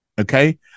okay